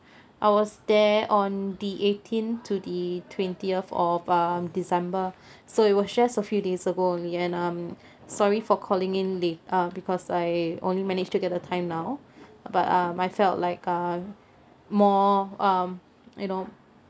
I was there on the eighteenth to the twentieth of um december so it was just a few days ago only and um sorry for calling in late uh because I only manage to get the time now but um I felt like um more um you know